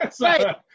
Right